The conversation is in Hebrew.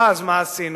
אז מה עשינו?